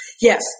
Yes